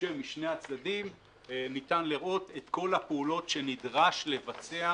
כשמשני הצדדים ניתן לראות את כל הפעולות שנדרשות לביצוע,